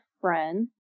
friend